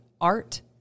art